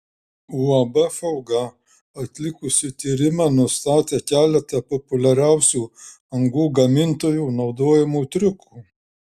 uab fauga atlikusi tyrimą nustatė keletą populiariausių angų gamintojų naudojamų triukų